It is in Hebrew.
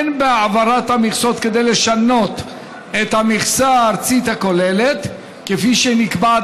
אין בהעברת המכסות כדי לשנות את המכסה הארצית הכוללת כפי שהיא נקבעת